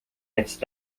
jetzt